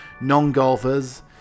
non-golfers